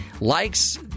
likes